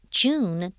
june